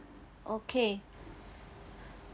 okay